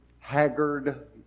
haggard